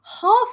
half